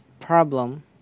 problem